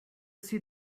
see